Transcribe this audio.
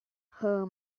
her